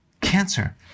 cancer